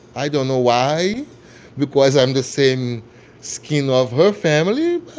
i don't know why because i'm the same skin of her family.